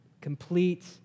Complete